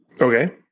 Okay